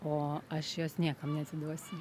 o aš jos niekam neatiduosiu